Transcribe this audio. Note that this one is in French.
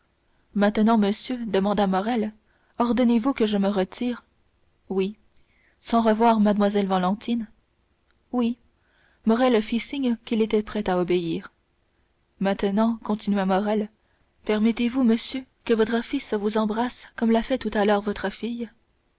maintenant monsieur demanda morrel ordonnez vous que je me retire oui sans revoir mlle valentine oui morrel fit signe qu'il était prêt à obéir maintenant continua morrel permettez-vous monsieur que votre fils vous embrasse comme l'a fait tout à l'heure votre fille